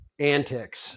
antics